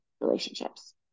relationships